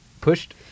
pushed